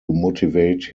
motivate